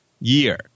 year